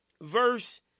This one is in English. verse